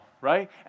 Right